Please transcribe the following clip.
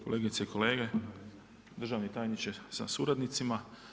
Kolegice i kolege, državni tajniče sa suradnicima.